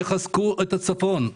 תחזקו את הצפון.